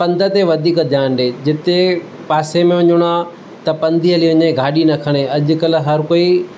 पंधु ते वधीक ध्यानु ॾे जिते पासे में वञिणो आहे त पंधु ई हली वञे गाॾी न खणे अॼुकल्ह हर कोई